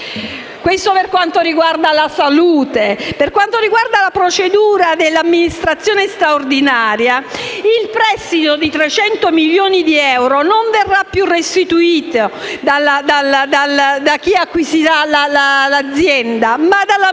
Questo per quanto riguarda la salute. Con riferimento alla procedura dell'amministrazione straordinaria, il prestito di 300 milioni di euro non verrà più restituito da chi acquisirà l'azienda, ma dall'amministrazione